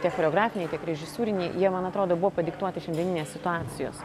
tiek choreografiniai tiek režisūriniai jie man atrodo buvo padiktuoti šiandieninės situacijos